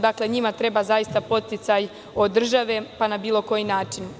Dakle, njima treba podsticaj od države na bilo koji način.